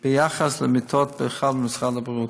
ביחס למיטות בכלל במשרד הבריאות,